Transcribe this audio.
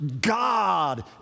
God